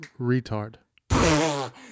Retard